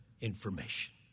information